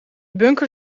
bunker